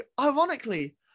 ironically